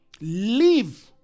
Leave